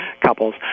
couples